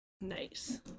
Nice